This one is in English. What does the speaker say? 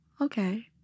Okay